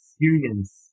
experience